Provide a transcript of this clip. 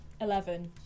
Eleven